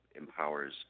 empowers